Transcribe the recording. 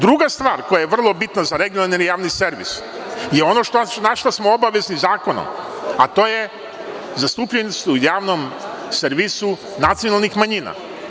Druga stvar koja je vrlo bitna za regionalni javni servis je ono na šta smo obavezni zakonom, a to – zastupljenost u javnom servisu nacionalnih manjina.